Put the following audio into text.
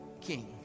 king